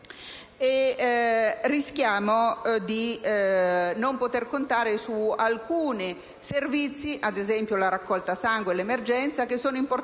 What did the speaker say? Rischiamo inoltre di non poter contare su alcuni servizi (ad esempio la raccolta sangue e l'emergenza) che sono importanti,